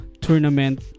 tournament